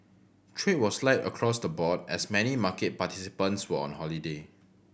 trade was light across the board as many market participants were on holiday